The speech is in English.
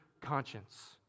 conscience